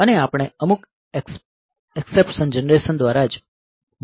અને આપણે અમુક એક્સેપ્શન જનરેશન દ્વારા જ મોડ બદલી શકીએ છીએ